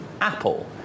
Apple